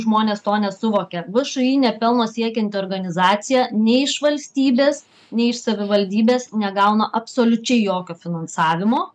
žmonės to nesuvokia všį nepelno siekianti organizacija nei iš valstybės nei iš savivaldybės negauna absoliučiai jokio finansavimo